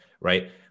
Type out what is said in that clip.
Right